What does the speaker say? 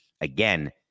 Again